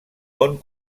bon